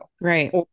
Right